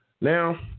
now